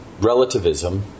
relativism